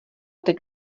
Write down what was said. teď